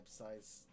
websites